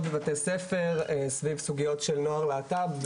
בבתי ספר סביב סוגיות של נוער להט"ב,